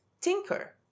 Tinker